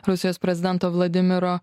rusijos prezidento vladimiro